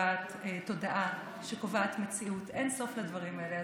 קובעת תודעה שקובעת מציאות, אין סוף לדברים האלה.